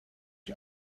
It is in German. ich